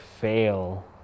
fail